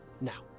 now